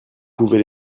pouvez